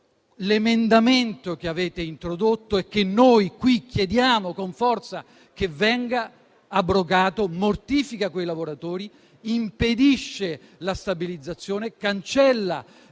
L'emendamento che avete introdotto - e che noi qui chiediamo con forza che venga abrogato - mortifica quei lavoratori, impedisce la stabilizzazione, cancella